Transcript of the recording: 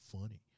funny